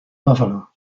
buffalo